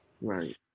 Right